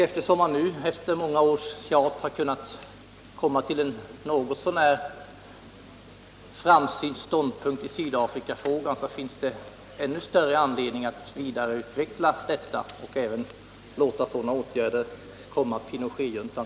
Regeringen har nu efter många års krav kommit fram till en något så när framsynt ståndpunkt i Sydafrikafrågan. Vi har då desto större anledning att också sätta in liknande åtgärder mot Pinochetjuntan.